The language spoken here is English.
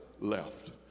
left